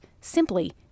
simply